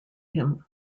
him